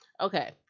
Okay